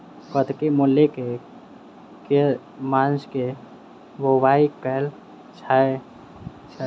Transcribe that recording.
कत्की मूली केँ के मास मे बोवाई कैल जाएँ छैय?